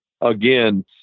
again